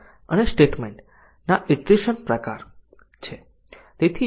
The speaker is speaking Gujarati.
MC DCમાં અહીંનો મુખ્ય વિચાર એ છે કે દરેક કન્ડિશન ડીસીઝન ના પરિણામને સ્વતંત્ર રીતે અસર કરતી બતાવવામાં આવશે